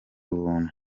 ubuntu